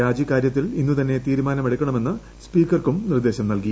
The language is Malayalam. രാജിക്കാര്യത്തിൽ ഇന്നു തന്നെ തീരുമാനമെടുക്കണമെന്ന് സ്പീക്കർക്കും നിർദ്ദേശം നല്കി